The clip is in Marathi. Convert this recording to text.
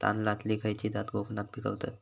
तांदलतली खयची जात कोकणात पिकवतत?